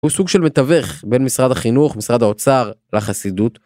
הוא סוג של מתווך בין משרד החינוך, משרד האוצר, לחסידות.